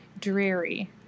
dreary